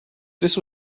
this